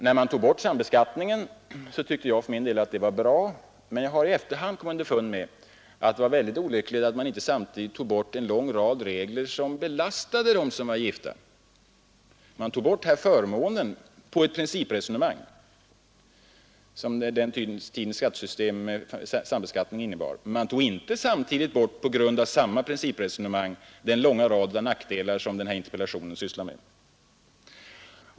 När man tog bort sambeskattningen, tyckte jag för min del att det var bra, men jag har i efterhand kommit underfund med att det var väldigt olyckligt att man inte samtidigt tog bort en lång rad regler som belastade dem som var gifta. Man tog bort förmånen — på ett principresonemang — som den tidens sambeskattning innebar, men man tog inte samtidigt bort — på grundval av samma principresonemang — den långa raden av nackdelar som den här interpellationen sysslar med.